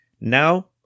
Now